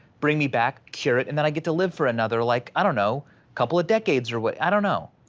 bring me back, cure it, and then i get to live for another like, i don't know, a couple of decades or what? i don't know.